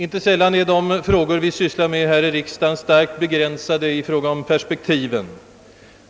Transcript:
Inte sällan är de frågor vi behandlar här i riksdagen starkt begränsade i fråga om perspektiven.